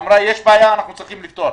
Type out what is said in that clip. אמרה: יש בעיה, אנחנו צריכים לפתור.